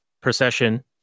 procession